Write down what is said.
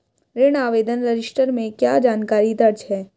ऋण आवेदन रजिस्टर में क्या जानकारी दर्ज है?